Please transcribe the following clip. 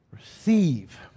receive